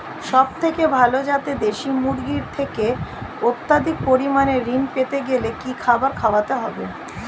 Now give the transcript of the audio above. সবথেকে ভালো যাতে দেশি মুরগির থেকে অত্যাধিক পরিমাণে ঋণ পেতে গেলে কি খাবার খাওয়াতে হবে?